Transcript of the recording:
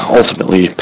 ultimately